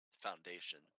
foundation